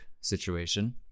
situation